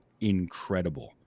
incredible